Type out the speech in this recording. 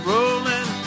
Rolling